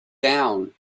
down